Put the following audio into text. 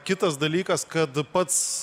kitas dalykas kad pats